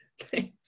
Thanks